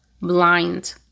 blind